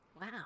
Wow